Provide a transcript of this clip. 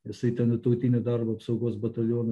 jisai ten į tautinį darba apsaugos batalioną